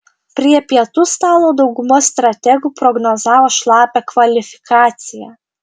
prie pietų stalo dauguma strategų prognozavo šlapią kvalifikaciją